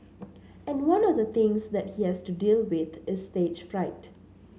and one of the things that he has to deal with is stage fright